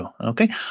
Okay